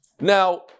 Now